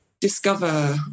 discover